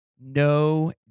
no